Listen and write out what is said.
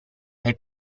fai